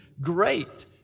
great